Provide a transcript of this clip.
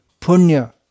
punya